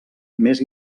més